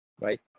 right